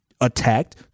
attacked